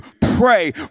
pray